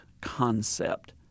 concept